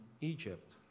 Egypt